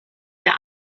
der